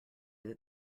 that